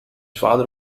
father